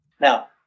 Now